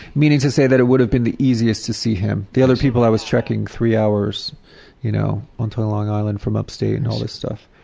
meaning to say that it would have been the easiest to see him. the other people i was trekking three hours out you know um to long island from upstate and all this stuff.